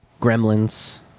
gremlins